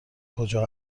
کجا